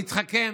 להתחכם,